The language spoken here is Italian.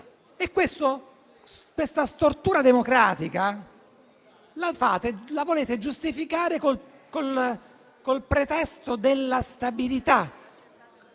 Questa stortura democratica la volete giustificare col pretesto della stabilità,